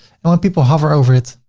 and when people hover over it,